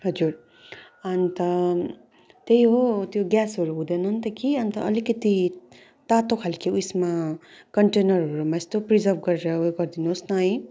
हजुर अन्त त्यही हो त्यो ग्यासहरू हुँदैन नि त कि अन्त अलिकति तातो खालको उयसमा कन्टेनरहरूमा यस्तो प्रिजर्भ गरेर ऊ गरिदिनुहोस् न है